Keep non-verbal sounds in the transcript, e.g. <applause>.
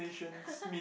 <laughs>